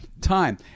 time